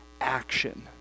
action